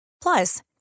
Plus